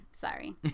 Sorry